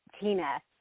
Tina